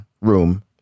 room